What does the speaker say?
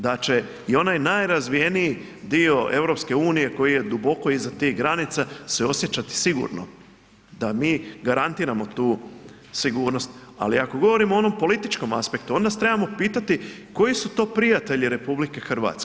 Da će i onaj najrazvijeniji dio EU koji je duboko iza tih granica se osjećati sigurno, da mi garantiramo tu sigurnost, ali ako govorimo o onom političkom aspektu, onda se trebamo pitati, koji su to prijatelji RH?